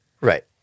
Right